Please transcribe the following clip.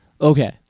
Okay